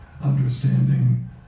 understanding